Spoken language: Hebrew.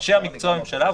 אנשי המקצוע בממשלה,